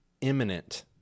imminent